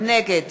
נגד